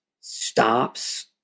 stops